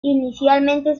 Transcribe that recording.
inicialmente